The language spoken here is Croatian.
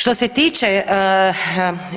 Što se tiče